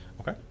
Okay